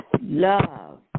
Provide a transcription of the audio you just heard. Love